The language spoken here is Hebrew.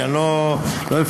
שאני לא אפקשש,